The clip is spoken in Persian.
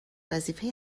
وظیفه